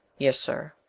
yes, sir.